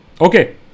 Okay